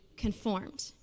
Conformed